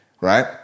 Right